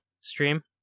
stream